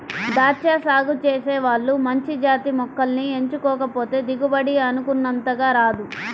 దాచ్చా సాగు చేసే వాళ్ళు మంచి జాతి మొక్కల్ని ఎంచుకోకపోతే దిగుబడి అనుకున్నంతగా రాదు